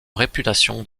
réputation